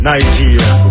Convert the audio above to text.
Nigeria